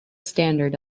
standard